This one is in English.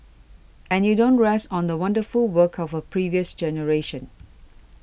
and you don't rest on the wonderful work of a previous generation